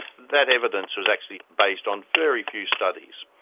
that evidence was actually based on very few studies.